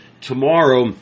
tomorrow